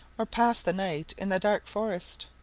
or pass the night in the dark forest.